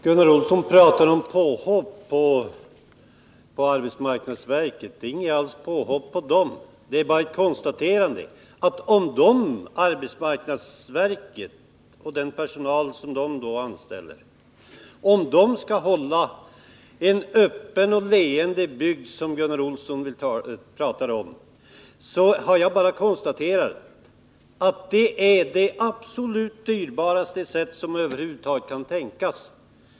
Herr talman! Gunnar Olsson talade om ett påhopp på arbetsmarknadsverket — men det var inte något påhopp på verket. Det var bara ett konstaterande att om det är arbetsmarknadsverket och den personal som det anställer som skall — som Gunnar Olsson uttrycker det — hålla bygden öppen och leende, gör man det på det absolut kostsammaste sätt som över huvud taget tänkas kan.